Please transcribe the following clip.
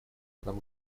нам